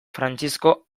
frantzisko